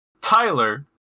Tyler